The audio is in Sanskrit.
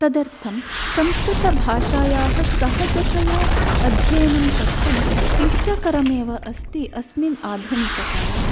तदर्थं संस्कृतभाषायाः सहजतया अध्ययनं कर्तुं क्लिष्टकरम् एव अस्ति अस्मिन् आधुनिककाले